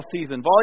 season